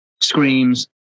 screams